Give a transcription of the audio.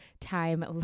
time